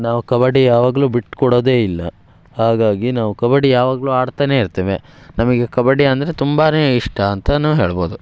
ನಾವು ಕಬಡ್ಡಿ ಯಾವಾಗಲೂ ಬಿಟ್ಟುಕೊಡೋದೇ ಇಲ್ಲ ಹಾಗಾಗಿ ನಾವು ಕಬಡ್ಡಿ ಯಾವಾಗಲೂ ಆಡ್ತಲೇ ಇರ್ತೇವೆ ನಮಗೆ ಕಬಡ್ಡಿ ಅಂದ್ರೆ ತುಂಬಾ ಇಷ್ಟ ಅಂತನೂ ಹೇಳ್ಬೋದು